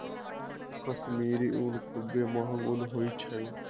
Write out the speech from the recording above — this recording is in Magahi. कश्मीरी ऊन खुब्बे महग ऊन होइ छइ